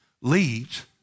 leads